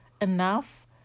enough